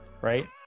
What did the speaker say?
right